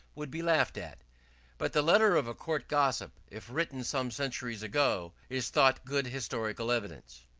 would be laughed at but the letter of a court gossip, if written some centuries ago, is thought good historical evidence.